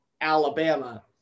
Alabama